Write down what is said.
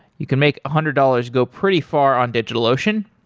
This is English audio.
you can make a hundred dollars go pretty far on digitalocean.